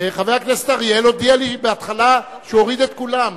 חבר הכנסת אריאל הודיע לי בהתחלה שהוא הוריד את כולן.